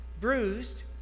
bruised